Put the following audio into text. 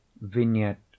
Vignette